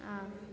ஆ